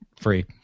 free